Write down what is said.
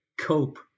cope